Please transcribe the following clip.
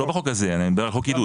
לא בחוק הזה אני מדבר על חוק עידוד,